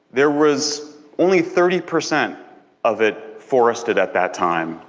there was only thirty percent of it forested at that time.